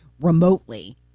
remotely